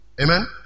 Amen